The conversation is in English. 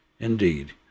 Indeed